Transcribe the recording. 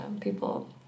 people